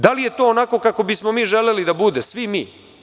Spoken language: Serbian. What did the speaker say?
Da li je to onako kako bismo mi želeli da bude, svi mi?